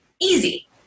easy